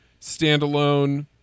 standalone